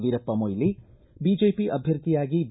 Veerappa Moily BJP ಅಭ್ಯರ್ಥಿಯಾಗಿ B